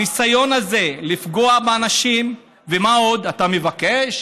הניסיון הזה לפגוע באנשים, ומה עוד אתה מבקש?